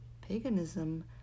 paganism